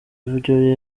ivyo